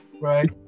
Right